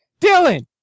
Dylan